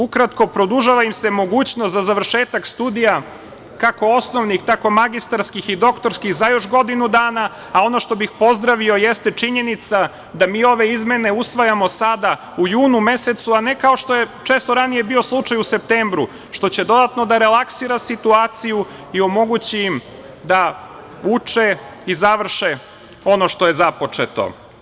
Ukratko, produžava im se mogućnost za završetak studija kako osnovnih, tako magistarskih i doktorskih za još godinu dana, a ono što bih pozdravio jeste činjenica da mi ove izmene usvajamo sada, u junu mesecu, a ne kao što je često ranije bio slučaj, u septembru, što će dodatno da relaksira situaciju i omogući im da uče i završe ono što je započeto.